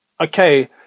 Okay